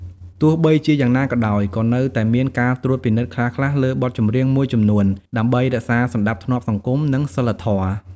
ទោះបីជាយ៉ាងណាក៏ដោយ ក៏នៅតែមានការត្រួតពិនិត្យខ្លះៗលើបទចម្រៀងមួយចំនួន ដើម្បីរក្សាសណ្ដាប់ធ្នាប់សង្គម និងសីលធម៌។